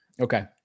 okay